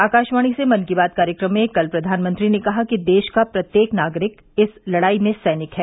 आकाशवाणी से मन की बात कार्यक्रम में कल प्रधानमंत्री ने कहा कि देश का प्रत्येक नागरिक इस लड़ाई में सैनिक है